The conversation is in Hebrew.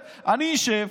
זאת אומרת, אני אשב,